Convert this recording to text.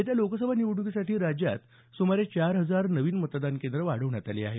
येत्या लोकसभा निवडणुकीसाठी राज्यात सुमारे चार हजार नवीन मतदान केंद्रं वाढवली आहेत